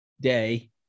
day